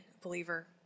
believer